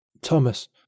Thomas